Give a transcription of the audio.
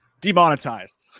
demonetized